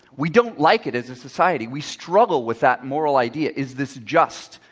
we don't like it as a society. we struggle with that moral idea is this just,